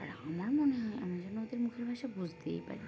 আর আমার মনে হয় আমি যেন ওদের মুখের ভাষা বুঝতেই পারি